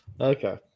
Okay